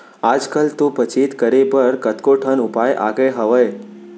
आज कल तो बचत करे बर कतको ठन उपाय आगे हावय